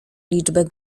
liczbę